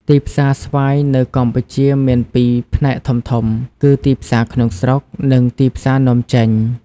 ទីផ្សារស្វាយនៅកម្ពុជាមានពីរផ្នែកធំៗ គឺទីផ្សារក្នុងស្រុក និងទីផ្សារនាំចេញ។